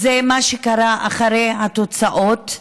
מה שקרה אחרי התוצאות,